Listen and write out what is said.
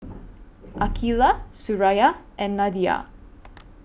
Aqeelah Suraya and Nadia